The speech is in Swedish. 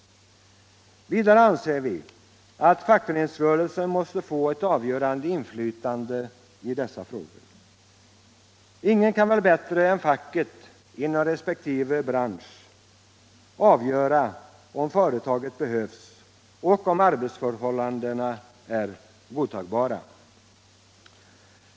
Vidare anser vi att fackföreningsrörelsen måste få ett avgörande inflytande i dessa frågor. Ingen kan väl bättre än facket inom resp. bransch avgöra om företaget behövs och om arbetsförhållandena är godtagbara.